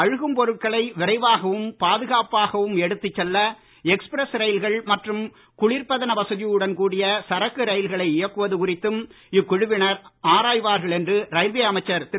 அழுகும் பொருட்களை விரைவாகவும் பாதுகாப்பாகவும் எடுத்து செல்ல எக்ஸ்பிரஸ் ரயில்கள் மற்றும் குளிர்பதன வசதியுடன் கூடிய சரக்கு ரயில்களை இயக்குவது குறித்தும் இக்குழுவினர் ஆராய்வார்கள் என்று ரயில்வே அமைச்சர் திரு